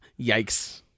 Yikes